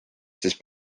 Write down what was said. siis